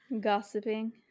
Gossiping